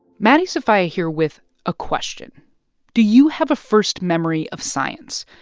maddie sofia here with a question do you have a first memory of science?